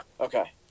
Okay